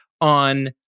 on